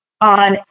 on